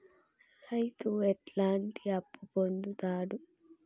రైతు ఎట్లాంటి అప్పు పొందుతడు?